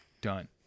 Done